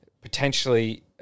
potentially